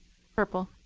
purple.